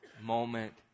moment